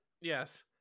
Yes